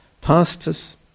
pastors